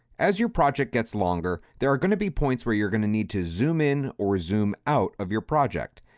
as your project gets longer, there are going to be points where you're going to need to zoom in or zoom out of your project.